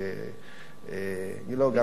לא,